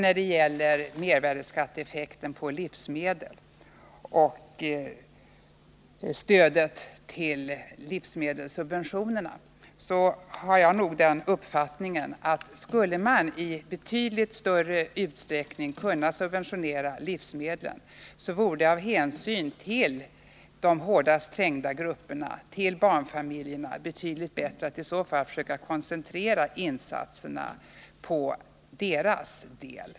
När det gäller mervärdeskatteeffekten på livsmedel och livsmedelssubventionerna har jag den uppfattningen att om vi i betydligt större utsträckning skulle kunna subventionera livsmedlen vore det, av hänsyn till de hårdast trängda grupperna, till barnfamiljerna, betydligt bättre att i så fall försöka koncentrera insatserna till dem.